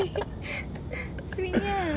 sweet nya